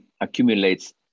accumulates